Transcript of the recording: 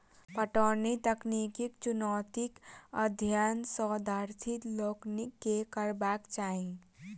पटौनीक तकनीकी चुनौतीक अध्ययन शोधार्थी लोकनि के करबाक चाही